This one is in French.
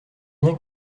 bien